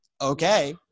okay